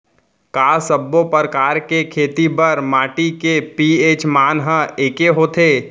का सब्बो प्रकार के खेती बर माटी के पी.एच मान ह एकै होथे?